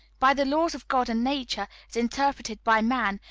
by the laws of god and nature, as interpreted by man,